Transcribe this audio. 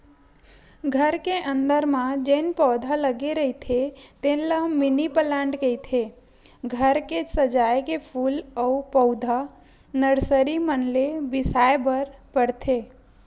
घर के अंदर म जेन पउधा लगे रहिथे तेन ल मिनी पलांट कहिथे, घर के सजाए के फूल अउ पउधा नरसरी मन ले बिसाय बर परथे